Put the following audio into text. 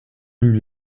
lui